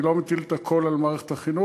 אני לא מטיל את הכול על מערכת החינוך,